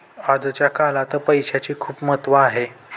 आजच्या काळात पैसाचे खूप महत्त्व आहे